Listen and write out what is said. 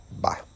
Bye